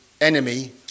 enemy